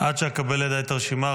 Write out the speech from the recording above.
עד שאקבל לידי את הרשימה,